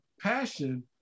passion